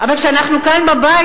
אבל כשאנחנו כאן בבית,